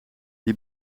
die